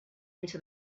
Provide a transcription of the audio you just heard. into